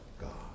God